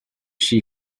she